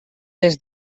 des